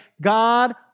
God